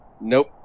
nope